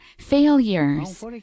failures